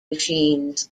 machines